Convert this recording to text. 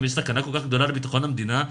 אם יש סכנה כל כך גדולה לביטחון המדינה,